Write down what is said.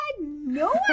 no